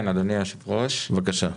בבקשה.